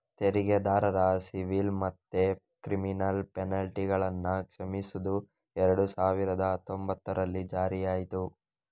ತೆರಿಗೆದಾರರ ಸಿವಿಲ್ ಮತ್ತೆ ಕ್ರಿಮಿನಲ್ ಪೆನಲ್ಟಿಗಳನ್ನ ಕ್ಷಮಿಸುದು ಎರಡು ಸಾವಿರದ ಹತ್ತೊಂಭತ್ತರಲ್ಲಿ ಜಾರಿಯಾಯ್ತು